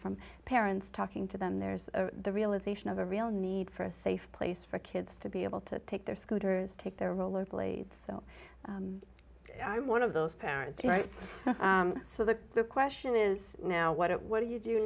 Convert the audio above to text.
from parents talking to them there's the realization of a real need for a safe place for kids to be able to take their scooters take their rollerblades so i'm one of those parents right so the question is now what it what do you do